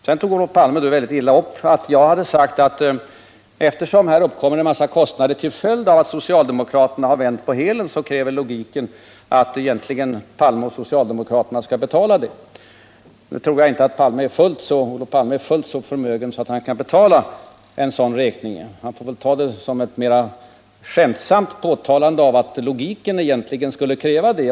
Sedan tog Olof Palme väldigt illa upp att jag hade sagt att eftersom det uppkommer en mängd kostnader till följd av att socialdemokraterna sedan plötsligt har vänt på hälen, kräver logiken att Olof Palme och socialdemokraterna borde betala dem. Nu tror jag inte att Olof Palme är fullt så förmögen att han kan betala en sådan räkning. Han får väl ta detta som ett mera skämtsamt påpekande av vad logiken egentligen kräver.